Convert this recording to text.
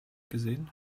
gesehen